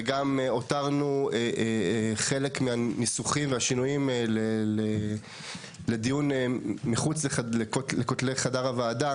וגם הותרנו חלק מהניסוחים והשינויים לדיון מחוץ לכותלי חדר הוועדה